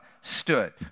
stood